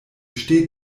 steht